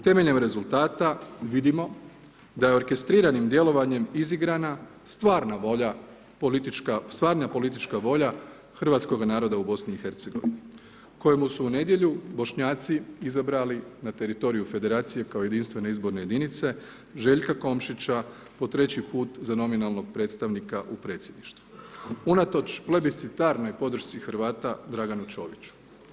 Temeljem rezultata vidimo da je orkestriranim djelovanjem izigrana stvarna politička volja hrvatskoga naroda u BiH-u kojemu su u nedjelju Bošnjaci izabrali na teritoriju Federacije kao jedinstvene izborne jedinice, Željka Komšića, po treći put za nominalnog predstavnika u Predsjedništvu. unatoč plebiscitarnoj podršci Draganu Čoviću.